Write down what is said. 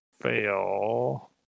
fail